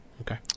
Okay